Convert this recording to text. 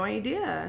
idea